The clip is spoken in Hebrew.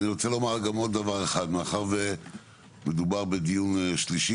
מאחר ומדובר בדיון שלישי,